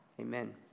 Amen